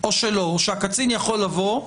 או שהקצין יכול לבוא,